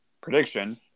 prediction